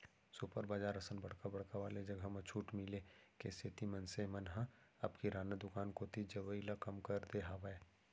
super bazaar असन बड़का बड़का वाले जघा म छूट मिले के सेती मनसे मन ह अब किराना दुकान कोती जवई ल कम कर दे हावय